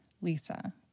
Lisa